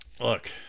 Look